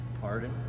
pardon